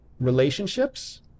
relationships